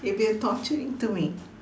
it will be a torturing to me